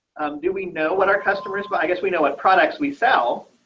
do we know what our customers, but i guess we know what products we sell,